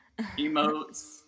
emotes